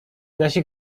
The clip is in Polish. nasi